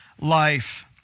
life